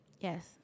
yes